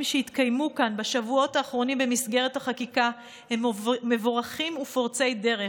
שהתקיימו כאן בשבועות האחרונים במסגרת החקיקה הם מבורכים ופורצי דרך.